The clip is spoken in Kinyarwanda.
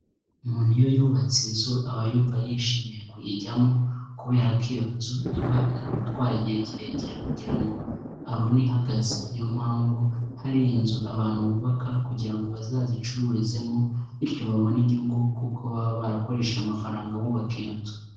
Umuntu iyo yubatse inzu aba yumva yishimiye kuyijyamo kubera ko iyo nzu iba yaramutwaye igihe kirekire kugira ngo abone ihagaze niyo mpamvu hari inzu abantu bubaka kugira ngo bazazicururizemo bityo babone inyungu kuko baba barakoresheje amafaranga bubaka iyo nzu.